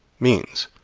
means,